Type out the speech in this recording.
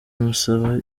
amusaba